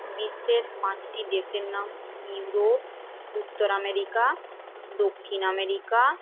বিশ্বের পাঁচটি দেশের নাম ইউরোপ উত্তর আমেরিকা দক্ষিণ আমেরিকা